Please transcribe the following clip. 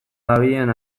dabilen